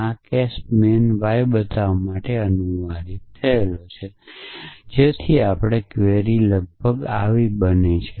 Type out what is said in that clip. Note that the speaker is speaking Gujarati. આ કેસ મેન y બતાવવા માટે અનુવાદિત થયો છે જેથી આપણી ક્વેરી લગભગ છે